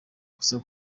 gusa